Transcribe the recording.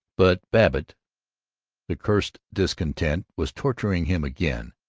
but babbitt the curst discontent was torturing him again,